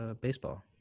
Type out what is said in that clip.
baseball